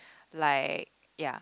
like ya